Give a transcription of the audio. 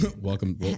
Welcome